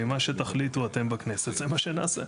התקשיתי להבין איך גוף ביצועי כמו הסוכנות יכול להרשות לעצמו להביע